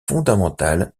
fondamentales